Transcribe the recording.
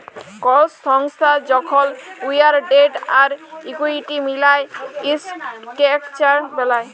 call সংস্থা যখল উয়ার ডেট আর ইকুইটি মিলায় ইসট্রাকচার বেলায়